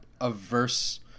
averse